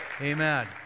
Amen